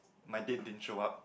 my date din show up